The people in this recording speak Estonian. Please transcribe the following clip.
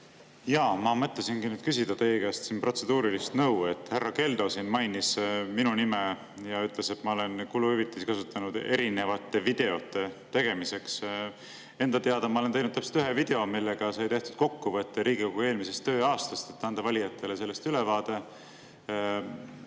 Jaa, ma mõtlesingi küsida teie käest protseduurilist nõu. Härra Keldo siin mainis minu nime ja ütles, et ma olen kuluhüvitisi kasutanud erinevate videote tegemiseks. Enda teada ma olen teinud täpselt ühe video, millega sai tehtud kokkuvõte Riigikogu eelmisest tööaastast, et anda valijatele sellest ülevaade.